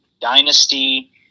dynasty